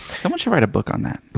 someone should write a book on that.